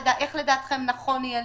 איך לדעתכם יהיה נכון להתקדם?